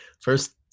first